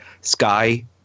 Sky